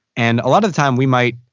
and a lot of the time we might